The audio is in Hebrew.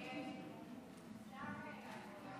אפשר לעבור להצבעה.